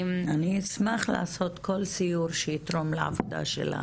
אני אשמח לעשות כל סיור שיתרום לעבודה של זה,